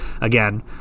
Again